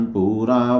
Pura